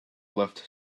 left